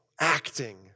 acting